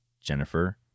Jennifer